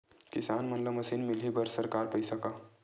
किसान मन ला मशीन मिलही बर सरकार पईसा का?